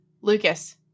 Lucas